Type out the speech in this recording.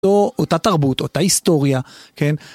אותה תרבות, אותה היסטוריה, כן?